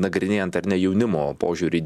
nagrinėjant ar ne jaunimo požiūrį į